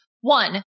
One